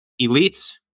elites